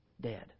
dead